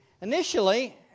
Initially